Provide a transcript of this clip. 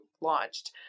launched